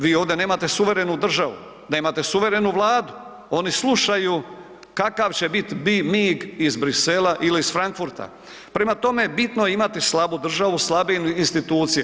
Vi ovdje nemate suverenu državu, nemate suverenu Vladu oni slušaju kakav će biti mig iz Bruxellesa ili iz Frankfurta, prema tome bitno je imati slabu državu, slabe institucije.